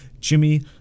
Jimmy